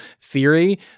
theory